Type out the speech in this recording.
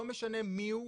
לא משנה מי הוא.